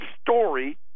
story